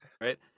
right